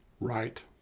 Right